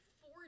four